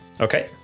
Okay